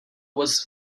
was